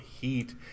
heat